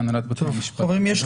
אבל הנהלת בתי המשפט צריכה